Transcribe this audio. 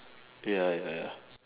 ya ya ya